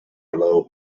low